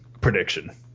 prediction